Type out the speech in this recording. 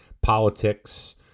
politics